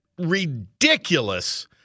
ridiculous